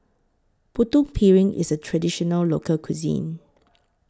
Putu Piring IS A Traditional Local Cuisine